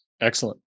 Excellent